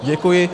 Děkuji.